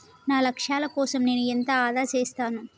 నా లక్ష్యాల కోసం నేను ఎంత ఆదా చేస్తాను?